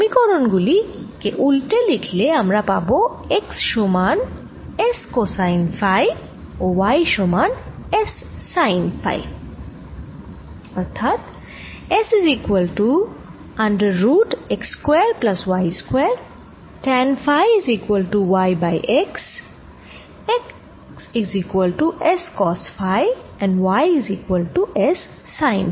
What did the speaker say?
সমীকরণ গুলি কে উলটে লিখলে আমরা পাবো x সমান S কসাইন ফাই ও y সমান S সাইন ফাই